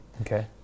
Okay